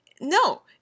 No